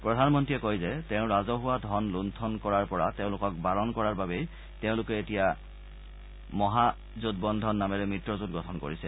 প্ৰধানমন্ত্ৰীয়ে কয় যে তেওঁ ৰাজহুৱা ধন লুঠন কৰাৰ পৰা তেওঁলোকক বাৰণ কৰাৰ বাবেই তেওঁলোকে এতিয়া মহাগঠবন্ধন নামেৰে মিত্ৰজোঁট গঠন কৰিছে